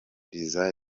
riza